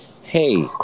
Hey